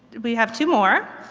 we have two more.